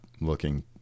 looking